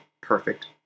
perfect